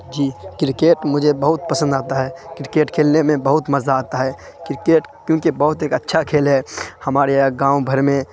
جی cricket مجھے بہت پسند آتا ہے کرکیٹ کھیلنے میں بہت مزہ آتا ہے کرکیٹ کیونکہ بہت ایک اچھا کھیل ہے ہمارے یہاں گاؤں بھر میں